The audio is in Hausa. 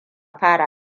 fara